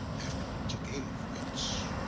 after all, it's a game of wits.